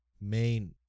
main